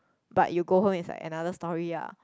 but you go home is like another story ah